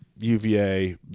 UVA